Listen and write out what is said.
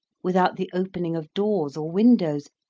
without the opening of doors or windows,